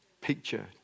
picture